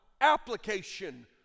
application